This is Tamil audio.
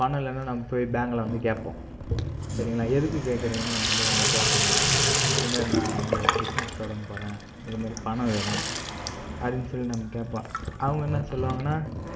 பணம் இல்லேன்னா நம்ம போய் பேங்கில் வந்து கேட்போம் சரிங்களா எதுக்கு கேட்கறீங்கனு வந்து உங்களை கேட்பாங்க இதுமாதிரி நான் வந்து பிஸ்னஸ் தொடங்கப் போகிறேன் இதுமாதிரி பணம் வேணும் அப்படின்னு சொல்லி நம்ம கேட்போம் அவங்க என்ன சொல்லுவாங்கன்னா